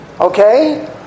Okay